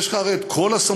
יש לך הרי כל הסמכויות